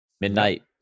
midnight